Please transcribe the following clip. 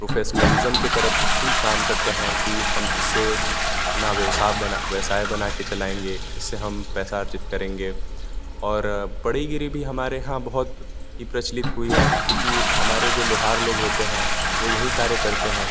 professionalism की तरफ़ ही काम करते हैं कि हम इससे ना व्यवसाय बना व्यवसाय बना कर चलाएँगे इससे हम पैसा अर्जित करेंगे और बढईगिरी भी हमारे यहाँ बहुत ही प्रचलित हुई है क्योंकि हमारे जो लोहार लोग होते हैं वो यहीं कार्य करते हैं